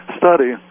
study